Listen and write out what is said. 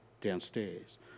downstairs